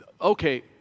okay